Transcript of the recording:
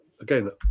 Again